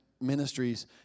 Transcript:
Ministries